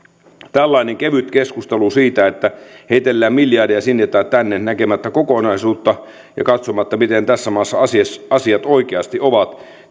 tällaista kevyttä keskustelua että heitellään miljardeja sinne tai tänne näkemättä kokonaisuutta ja katsomatta miten tässä maassa asiat oikeasti ovat